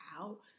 out